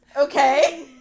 Okay